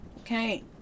Okay